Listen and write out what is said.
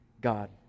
God